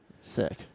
Sick